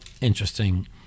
Interesting